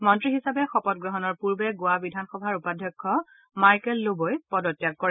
মন্ত্ৰী হিচাপে শপত গ্ৰহণৰ পূৰ্বে গোৱা বিধানসভাৰ উপাধ্যক্ষ মাইকেল ল'ব'ই পদত্যাগ কৰে